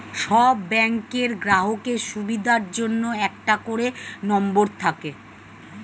সব ব্যাংকের গ্রাহকের সুবিধার জন্য একটা করে নম্বর থাকে